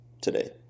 today